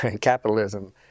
capitalism